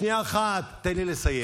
שנייה אחת, תן לי לסיים.